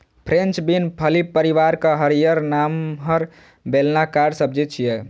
French bean फली परिवारक हरियर, नमहर, बेलनाकार सब्जी छियै